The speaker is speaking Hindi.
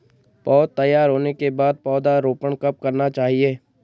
पौध तैयार होने के बाद पौधा रोपण कब करना चाहिए?